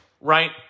right